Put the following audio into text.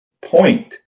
point